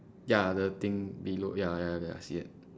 ya the thing below ya ya ya I see it